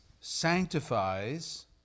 sanctifies